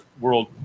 World